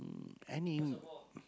any